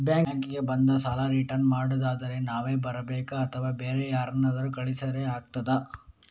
Bank ಗೆ ಬಂದು ಸಾಲ ರಿಟರ್ನ್ ಮಾಡುದಾದ್ರೆ ನಾವೇ ಬರ್ಬೇಕಾ ಅಥವಾ ಬೇರೆ ಯಾರನ್ನಾದ್ರೂ ಕಳಿಸಿದ್ರೆ ಆಗ್ತದಾ?